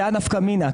זה הנפקא מינה.